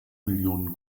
millionen